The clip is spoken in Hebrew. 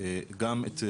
גם את,